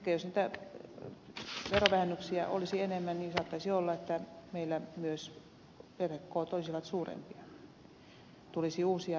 ehkä jos niitä verovähennyksiä olisi enemmän niin meillä myös perhekoot olisivat suurempia tulisi uusia veronmaksajia maahamme